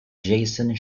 jason